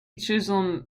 chisholm